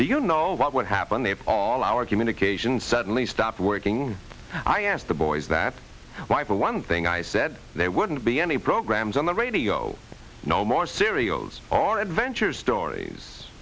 you know what would happen if all our communications suddenly stopped working i asked the boys that why for one thing i said there wouldn't be any programs on the radio no more serials or adventure stories